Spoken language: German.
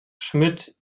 schmidt